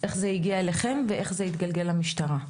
איך זה הגיע אליכם ואיך זה התגלגל למשטרה.